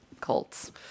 cults